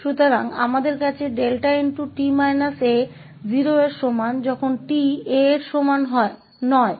तो हमारे पास 𝛿𝑡 − 𝑎 0 के बराबर है जब भी t 𝑎 के बराबर नहीं है